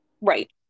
Right